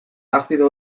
azido